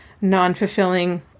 non-fulfilling